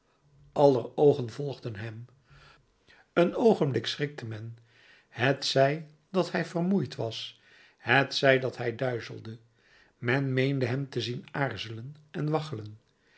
aller oogen volgden hem een oogenblik schrikte men hetzij dat hij vermoeid was hetzij dat hij duizelde men meende hem te zien aarzelen en waggelen